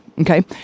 okay